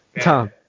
Tom